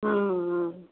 ம்ம்